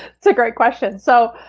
that's a great question. so,